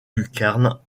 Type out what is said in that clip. lucarnes